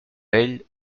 ell